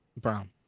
Brown